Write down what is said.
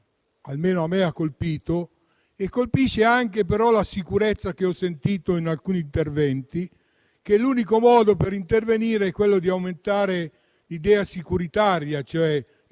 almeno ha colpito me, ma colpisce anche la sicurezza che ho sentito in alcuni interventi, secondo cui l'unico modo per intervenire è quello di aumentare l'idea securitaria, cioè il